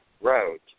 roads